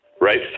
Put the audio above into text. right